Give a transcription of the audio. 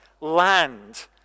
land